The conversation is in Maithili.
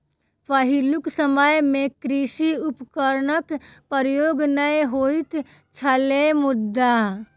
पहिलुक समय मे कृषि उपकरणक प्रयोग नै होइत छलै मुदा